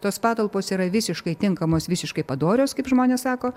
tos patalpos yra visiškai tinkamos visiškai padorios kaip žmonės sako